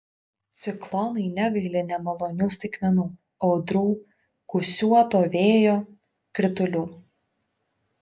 ciklonai negaili nemalonių staigmenų audrų gūsiuoto vėjo kritulių